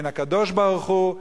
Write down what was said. בין הקדוש-ברוך-הוא,